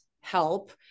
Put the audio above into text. help